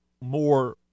more